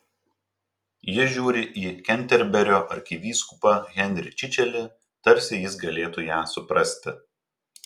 ji žiūri į kenterberio arkivyskupą henrį čičelį tarsi jis galėtų ją suprasti